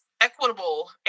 equitable